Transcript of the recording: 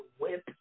whip